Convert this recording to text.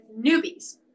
newbies